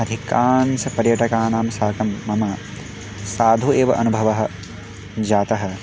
अधिकांशानां पर्यटकानां साकं मम साधुः एव अनुभवः जातः